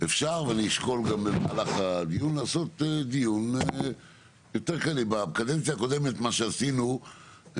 ואני אשקול במהלך הדיון לעשות דיון יותר בקדנציה הקודמת מה שעשינו,